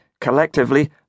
collectively